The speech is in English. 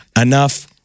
enough